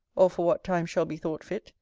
or for what time shall be thought fit,